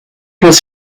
was